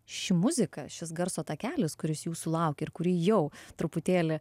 ši muzika šis garso takelis kuris jūsų laukia ir kurį jau truputėlį